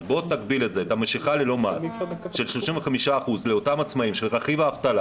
אז תגביל את המשיכה ללא מס של 35% לאותם עצמאים של רכיב האבטלה,